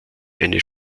eine